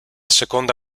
seconda